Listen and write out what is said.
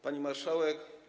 Pani Marszałek!